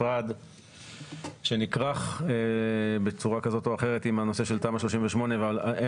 נפרד שנכרך בצורה כזאת או אחרת עם הנושא של תמ"א 38 ואין